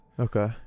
Okay